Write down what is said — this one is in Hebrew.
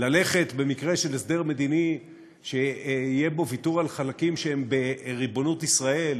במקרה של הסדר מדיני שיהיה בו ויתור על חלקים שהם בריבונות ישראל,